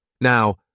Now